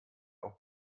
auch